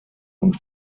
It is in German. und